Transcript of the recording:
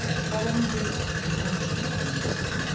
ah following his detention in turkey,